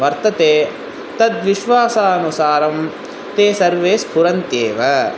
वर्तते तद्विश्वासानुसारं ते सर्वे स्फुरन्त्येव